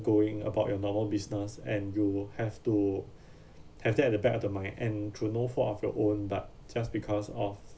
going about your normal business and you have to have that at the back of the mind and through no fault of your own but just because of